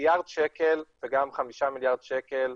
מיליארד שקל וגם חמישה מיליארד שקל,